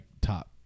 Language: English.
top